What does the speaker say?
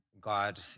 god